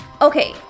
Okay